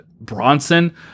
bronson